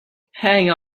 hang